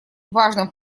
важным